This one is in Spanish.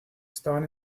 estaban